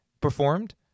performed